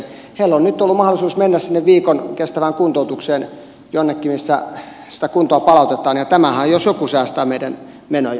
heillä on nyt ollut mahdollisuus mennä sinne viikon kestävään kuntoutukseen jonnekin missä sitä kuntoa palautetaan ja tämähän jos joku säästää meidän menoja